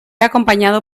acompañado